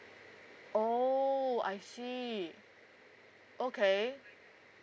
oh I see okay